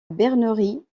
bernerie